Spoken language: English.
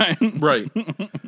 right